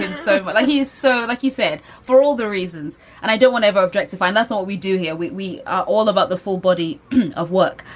and so but he's so like you said, for all the reasons and i don't want ever object to find that's all we do here we we all about the full body of work.